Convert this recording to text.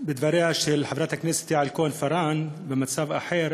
בדבריה של חברת הכנסת יעל כהן-פארן במצב אחר,